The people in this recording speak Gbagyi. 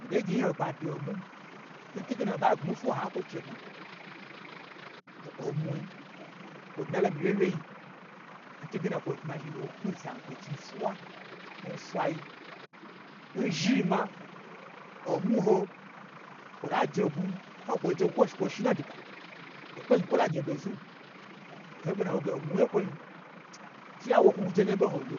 Mito gye nyaho kpa n dwu omwun, n twuge na ho ɓa gbmi n fwuwa, ha kwo che dna to omwui kwo dna lo n mii wyewye in twuge na kwo bmazhi lo n zankwo chi fwuwa, n fwai, n zhi ma, omwu ho kwo ta je gwun, n ha wo kwo shi kwo shi n na dwu ba, to kpein kwo la gye ɓo znu, to ɓo nu ha wo ge omwu ye kwonyi, she ya wo kwo gwu je naye ɓo ho lo,